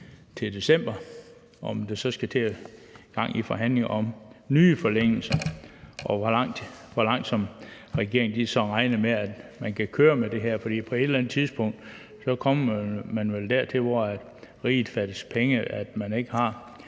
til december, og om der så skal gang i forhandlinger om nye forlængelser, og hvor lang tid regeringen så regner med, at man kan køre med det her, fordi man vel på et eller andet tidspunkt kommer dertil, hvor riget fattes penge og man ikke har